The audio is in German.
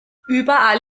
überall